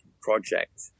project